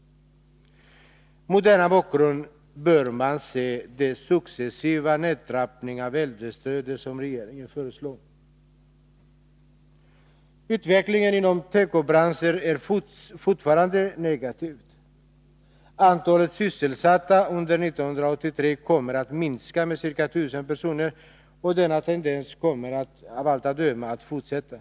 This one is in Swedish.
Mot den bakgrunden bör man se den successiva nedtrappning av äldrestödet som regeringen föreslår. Utvecklingen inom tekobranschen är fortfarande negativ. Antalet sysselsatta under 1983 kommer att minska med ca 19000 personer, och denna tendens kommer av allt att döma att fortsätta.